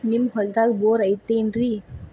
ನಿಮ್ಮ ಹೊಲ್ದಾಗ ಬೋರ್ ಐತೇನ್ರಿ?